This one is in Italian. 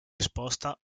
risposta